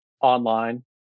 online